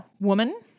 woman